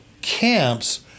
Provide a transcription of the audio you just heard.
camps